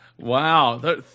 Wow